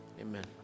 Amen